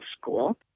school